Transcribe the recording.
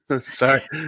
Sorry